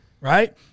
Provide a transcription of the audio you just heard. right